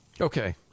Okay